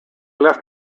left